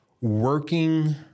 working